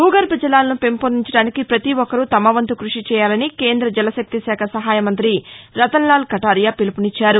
భూగర్భ జలాలను పెంపొందించడానికి పతి ఒక్కరూ తమ వంతు క్బషి చేయాలని కేంద జలశక్తి శాఖ సహాయ మంత్రి రతన్ లాల్ కఠారియా పిలుపునిచ్చారు